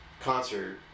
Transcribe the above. concert